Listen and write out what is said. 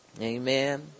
Amen